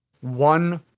one